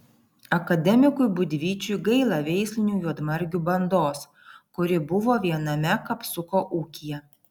akademikui būdvyčiui gaila veislinių juodmargių bandos kuri buvo viename kapsuko ūkyje